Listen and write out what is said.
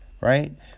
right